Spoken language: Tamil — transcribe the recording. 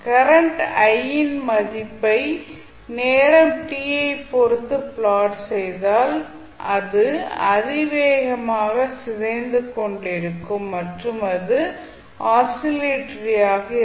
கரண்ட் i யின் மதிப்பை நேரம் t ஐப் பொறுத்து ப்லாட் செய்தால் அது அதிவேகமாக சிதைந்து கொண்டிருக்கும் மற்றும் அது ஆசிலேட்டரி ஆக இருந்தது